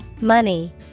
Money